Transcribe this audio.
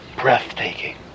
Breathtaking